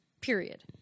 period